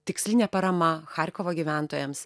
tikslinė parama charkovo gyventojams